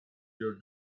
your